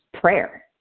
prayer